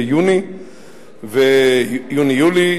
ביוני-יולי,